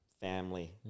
family